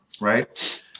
right